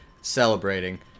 celebrating